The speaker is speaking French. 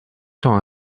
sont